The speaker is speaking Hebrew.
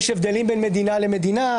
יש הבדלים בין מדינה למדינה,